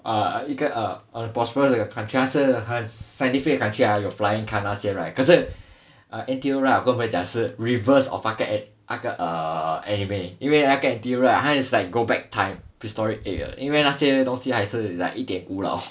一个 err 一个很 prosperous 的 country 他是很 scientific 的 country 那个有 flying car 那些 right 可是 N_T_U right 我跟朋友讲是 reverse of 那个那个 err 那个 anime 因为那个 N_T_U right is like go back time prehistoric age 的因为他那些东西有一点古老